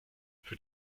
für